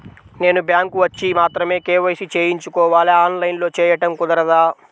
నేను బ్యాంక్ వచ్చి మాత్రమే కే.వై.సి చేయించుకోవాలా? ఆన్లైన్లో చేయటం కుదరదా?